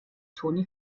toni